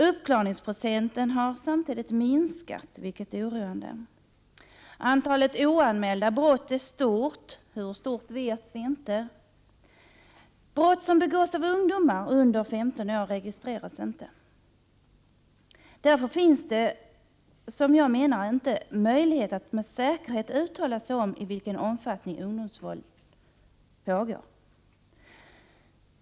Uppklarningsprocenten har samtidigt minskat, vilket är oroande. Antalet oanmälda brott är stort. Hur stort vet vi inte. Brott som begås av ungdomar under 15 år registreras inte. Enligt min mening finns det därför inte möjlighet att med säkerhet uttala sig om i vilken omfattning ungdomsvåld pågår.